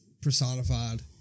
personified